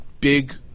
big